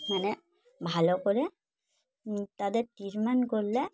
মানে ভালো করে তাদের ট্রিটমেন্ট করলে